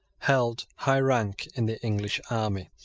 held high rank in the english army,